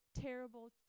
terrible